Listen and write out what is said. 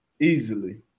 easily